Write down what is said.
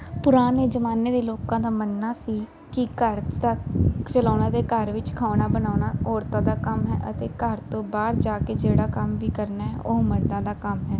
ਪੁਰਾਣੇ ਜ਼ਮਾਨੇ ਦੇ ਲੋਕਾਂ ਦਾ ਮੰਨਣਾ ਸੀ ਕਿ ਘਰ 'ਚ ਤਾਂ ਚਲਾਉਣਾ ਤਾਂ ਘਰ ਵਿੱਚ ਖਾਣਾ ਬਣਾਉਣਾ ਔਰਤਾਂ ਦਾ ਕੰਮ ਹੈ ਅਤੇ ਘਰ ਤੋਂ ਬਾਹਰ ਜਾ ਕੇ ਜਿਹੜਾ ਕੰਮ ਵੀ ਕਰਨਾ ਉਹ ਮਰਦਾਂ ਦਾ ਕੰਮ ਹੈ